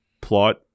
plot